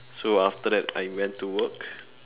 so after that I went to work